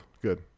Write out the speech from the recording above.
good